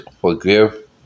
forgive